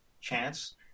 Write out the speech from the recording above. chance